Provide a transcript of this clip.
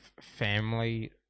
family